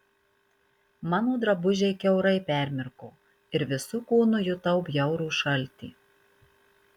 mano drabužiai kiaurai permirko ir visu kūnu jutau bjaurų šaltį